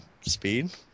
speed